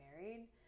married